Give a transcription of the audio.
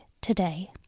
today